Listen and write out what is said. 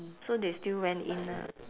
so they still went in ah